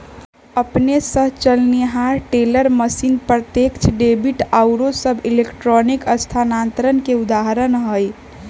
अपने स चलनिहार टेलर मशीन, प्रत्यक्ष डेबिट आउरो सभ इलेक्ट्रॉनिक स्थानान्तरण के उदाहरण हइ